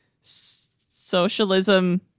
socialism